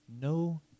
no